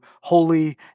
holy